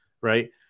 right